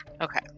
Okay